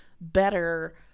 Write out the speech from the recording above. better